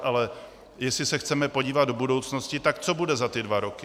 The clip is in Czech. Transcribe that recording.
Ale jestli se chceme podívat do budoucnosti, tak co bude za ty dva roky?